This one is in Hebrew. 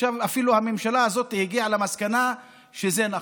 עכשיו אפילו הממשלה הזאת הגיעה למסקנה שזה נכון.